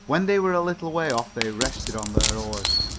when they were a little way off they rested on their oars.